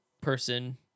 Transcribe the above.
person